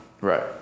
Right